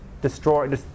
destroy